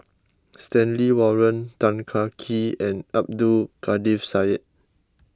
Stanley Warren Tan Kah Kee and Abdul Kadir Syed